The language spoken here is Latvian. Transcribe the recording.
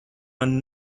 mani